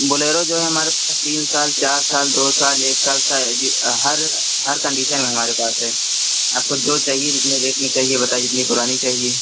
Bolero जो है हमारे पास तीन साल चार साल दो साल एक साल हर हर कंडीसन में हमारे पास है आपको जो चाहिए जितने रेट में चाहिए बताइए जितनी पुरानी चाहिए